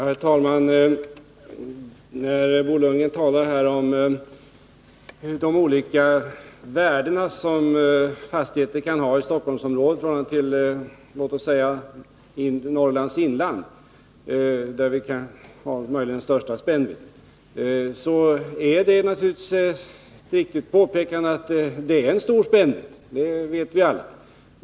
Herr talman! När Bo Lundgren talar om de olika värden som en fastighet i Stockholmsområdet och i låt oss säga Norrlands inland kan ha — här har vi kanske den största spännvidden — är det naturligtvis ett riktigt påpekande att det är en stor spännvidd. Det vet vi alla.